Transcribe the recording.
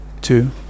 two